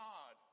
God